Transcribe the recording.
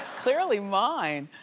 clearly mine.